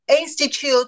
institute